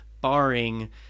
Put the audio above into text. barring